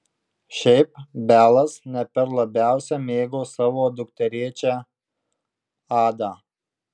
šiaip belas ne per labiausiai mėgo savo dukterėčią adą